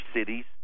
cities